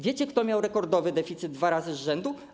Wiecie, kto miał rekordowy deficyt dwa razy z rzędu?